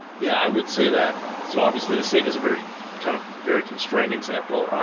yeah, i would say that. so obviously, the safe is very kind of very constrained example.